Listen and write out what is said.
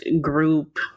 group